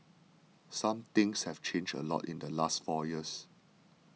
some things have changed a lot in the last four years